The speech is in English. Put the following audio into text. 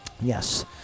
Yes